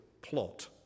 plot